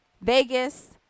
Vegas